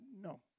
No